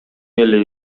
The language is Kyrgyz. эле